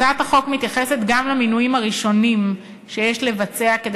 הצעת החוק מתייחסת גם למינויים הראשונים שיש לבצע כדי